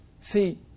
See